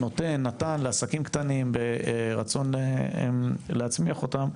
שנותן לעסקים קטנים ברצון להצמיח אותם,